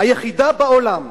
היחידה בעולם.